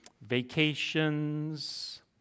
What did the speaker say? vacations